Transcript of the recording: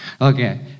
Okay